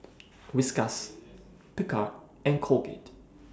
Whiskas Picard and Colgate